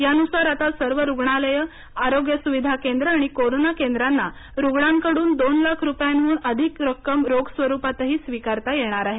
यानुसारआता सर्व रुग्णालयेआरोग्य सुविधा केंद्र आणि कोरोना केंद्रांना रुग्णांकडून दोन लाख रुपयांहून अधिक रक्कम रोख स्वरूपातही स्वीकारता येणार आहे